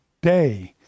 day